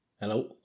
Hello